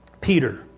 Peter